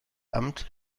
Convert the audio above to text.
amt